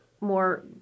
more –